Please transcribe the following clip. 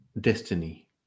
destiny